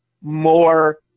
more